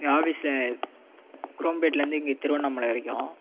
என் ஆஃபீஸில் குரோம்பேட்லேருந்து இங்கே திருவண்ணாமலை வரைக்கும்